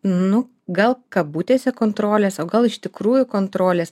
nu gal kabutėse kontrolės o gal iš tikrųjų kontrolės